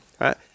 Right